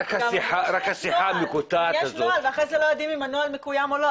אמרו שיש נוהל ואחרי זה לא יודעים אם הנוהל מקוים או לא,